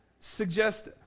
suggest